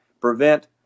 prevent